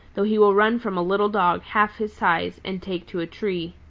though he will run from a little dog half his size and take to a tree.